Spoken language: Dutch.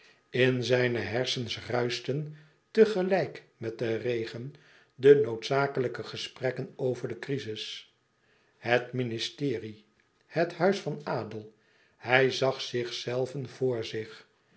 in zijne hersens ruischten tegelijk met den regen de noodzakelijke gesprekken over de crizis het ministerie het huis van adel hij zag zichzelven voor zich